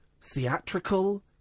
theatrical